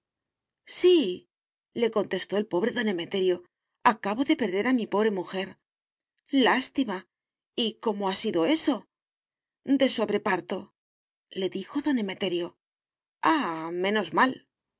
casa síle contestó el pobre don emeterio acabo de perder a mi pobre mujer lástima y cómo cómo ha sido eso de sobreparto le dijo don emeterio ah menos mal